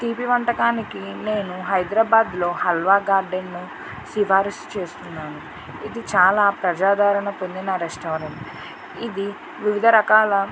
తీపి వంటకానికి నేను హైదరాబాద్లో హల్వా గార్డెన్ను సిఫార్సు చేస్తున్నాను ఇది చాలా ప్రజాదరణ పొందిన రెస్టారెంట్ ఇది వివిధ రకాల